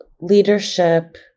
leadership